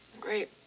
Great